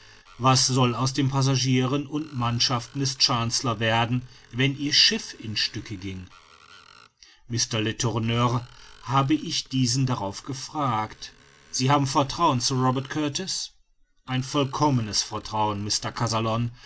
was soll aus den passagieren und mannschaften des chancellor werden wenn ihr schiff in stücke ginge mr letourneur habe ich diesen darauf gefragt sie haben vertrauen zu robert kurtis ein vollkommenes vertrauen